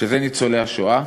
שזה ניצולי השואה,